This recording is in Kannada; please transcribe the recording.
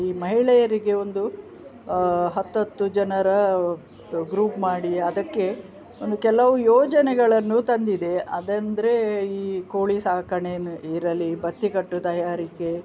ಈ ಮಹಿಳೆಯರಿಗೆ ಒಂದು ಹತ್ತು ಹತ್ತು ಜನರ ಗ್ರೂಪ್ ಮಾಡಿ ಅದಕ್ಕೆ ಒಂದು ಕೆಲವು ಯೋಜನೆಗಳನ್ನು ತಂದಿದೆ ಅದೆಂದರೆ ಈ ಕೋಳಿ ಸಾಕಣೆ ಮ್ ಇರಲಿ ಬತ್ತಿಕಟ್ಟು ತಯಾರಿಕೆ